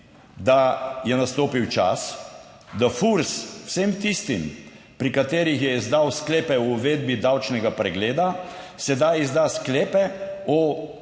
da je nastopil čas, da FURS vsem tistim, pri katerih je izdal sklepe o uvedbi davčnega pregleda, sedaj izda sklepe o